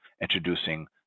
introducing